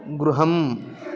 गृहम्